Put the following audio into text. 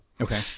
Okay